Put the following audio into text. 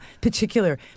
particular